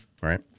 right